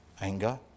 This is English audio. anger